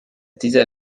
dieser